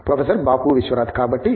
professor Babu Vishwanath కాబట్టి ఇవి